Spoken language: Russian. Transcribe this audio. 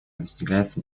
достигается